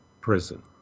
prison